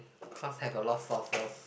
cause I got a lot of sources